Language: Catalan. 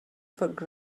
foc